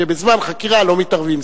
שבזמן חקירה לא מתערבים.